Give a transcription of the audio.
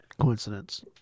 coincidence